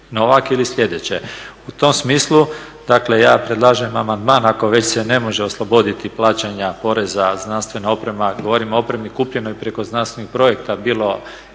novaka ili sljedeće. U tom smislu dakle ja predlažem amandman ako već se ne može osloboditi plaćanja poreza znanstvena oprema, govorim o opremi kupljenoj preko znanstvenih projekata bilo